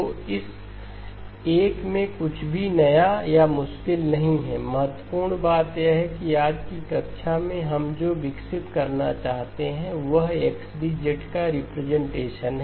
तो इस एक में कुछ भी नया या मुश्किल नहीं है महत्वपूर्ण बात यह है कि आज की कक्षा में हम जो विकसित करना चाहते हैं वह XD का रिप्रेजेंटेशन है